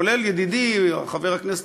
כולל ידידי חבר הכנסת